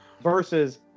versus